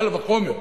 קל וחומר.